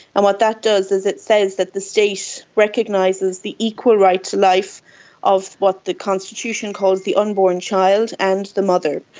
and what that does is it says that the state recognises the equal right to life of what the constitution calls the unborn child and the mother.